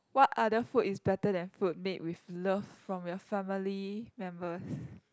what other food is better than food made with love from your family members